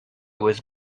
was